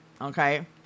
Okay